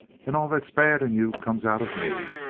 and all that's bad in you comes out of me.